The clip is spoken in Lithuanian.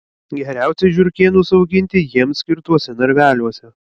geriausiai žiurkėnus auginti jiems skirtuose narveliuose